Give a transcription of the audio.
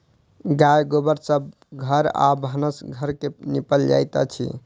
गाय गोबर सँ घर आ भानस घर के निपल जाइत अछि